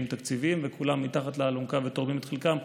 תקציביים וכולם מתחת לאלונקה ותורמים את חלקם,